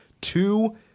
two